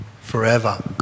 forever